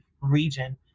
region